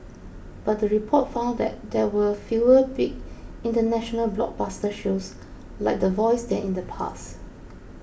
but the report found that there were fewer big international blockbuster shows like the Voice than in the past